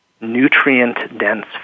nutrient-dense